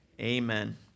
amen